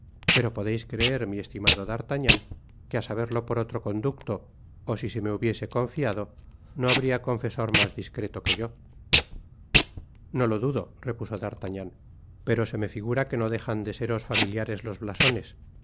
pero podeis creer mi estimado d'artagnan que á saberlo por otro conducto ó si se me hubiese confiado no habría confesor mas discreto que yo no lo dudo repuso d'artagnan pero se me figura que no dejan de seros content from google book search generated at familiares los blasones